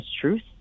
truth